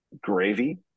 gravy